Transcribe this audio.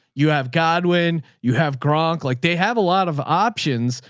you have godwin, you have gronk. like they have a lot of options.